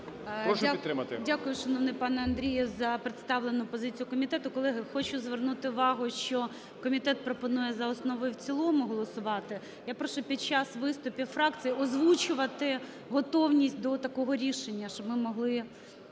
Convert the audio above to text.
Дякую, шановний пане Андрію, за представлену позицію комітету. Колеги, хочу звернути увагу, що комітет пропонує за основу і в цілому голосувати. Я прошу під час виступів фракцій озвучувати готовність до такого рішення, щоб ми могли